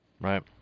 right